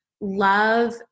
love